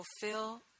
Fulfill